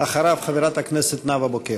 אחריו, חברת הכנסת נאוה בוקר.